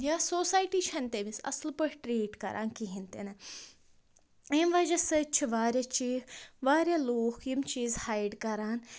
یا سوسایٹی چھَنہٕ تٔمِس اَصٕل پٲٹھۍ ٹرٛیٖٹ کران کِہیٖنۍ تِنہٕ ییٚمہِ وَجہ سۭتۍ چھِ واریاہ چی واریاہ لوٗکھ یِم چیٖز ہایِڈ کران